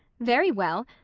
very well.